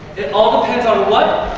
it all depends on what?